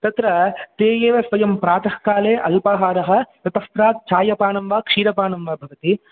तत्र ते एव स्वयं प्रातःकाले अल्पाहारः ततः प्राक् चायपानं वा क्षीरपानं वा भवति